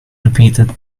repeated